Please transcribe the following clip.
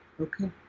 okay